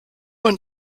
und